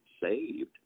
saved